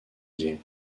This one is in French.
dié